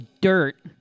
dirt